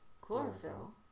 chlorophyll